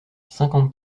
cinquante